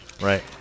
Right